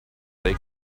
they